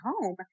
home